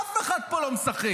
אף אחד פה לא משחק.